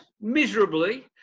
miserably